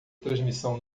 transmissão